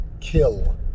kill